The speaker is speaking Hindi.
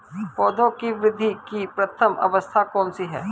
पौधों की वृद्धि की प्रथम अवस्था कौन सी है?